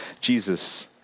Jesus